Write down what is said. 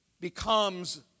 becomes